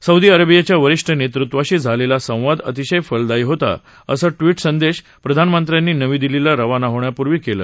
Saudi अरेबियाच्या वरिष्ठ नेतृत्वाशी झालेला संवाद अतिशय फलदायी होता असं ट्वीट प्रधानमंत्र्यांनी नवी दिल्लीला रवाना होण्यापूर्वी केलं